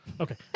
Okay